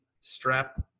Strap